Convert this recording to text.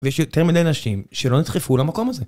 ויש יותר מדי אנשים שלא נדחפו למקום הזה.